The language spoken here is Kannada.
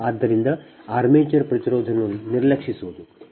ಆದ್ದರಿಂದ ಆರ್ಮೇಚರ್ ಪ್ರತಿರೋಧವನ್ನು ನಿರ್ಲಕ್ಷಿಸುವುದು